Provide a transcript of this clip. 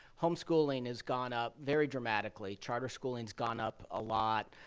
home schooling has gone up very dramatically. charter schooling's gone up a lot.